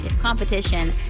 Competition